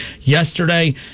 Yesterday